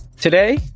Today